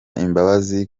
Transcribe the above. imbabazi